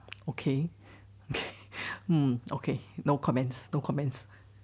okay okay no comments no comments